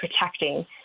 protecting